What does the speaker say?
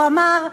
הוא אמר: